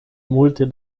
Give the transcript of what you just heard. multe